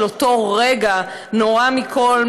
של אותו רגע נורא מכול,